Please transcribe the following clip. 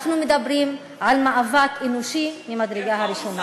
אנחנו מדברים על מאבק אנושי ממדרגה ראשונה.